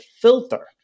filter